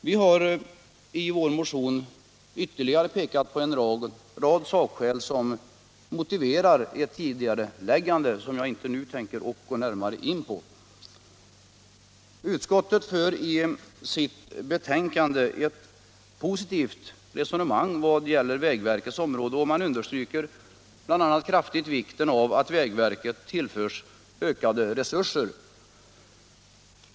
Vi har i vår motion pekat på ytterligare en rad sakskäl som motiverar ett tidigareläggande, men jag skall inte här gå närmare in på dem. Utskottet för i sitt betänkande ett positivt resonemang vad gäller vägverkets område och understryker bl.a. kraftigt vikten av att vägverket tillförs ökade resurser.